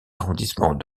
arrondissements